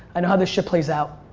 and how this shit plays out.